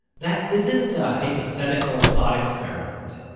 that isn't a hypothetical thought experiment.